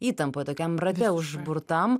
įtampoje tokiam rate užburtam